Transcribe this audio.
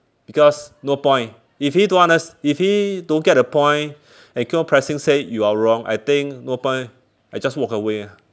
because no point if he don't want us if he don't get the point and keep on pressing say you are wrong I think no point I just walk away ah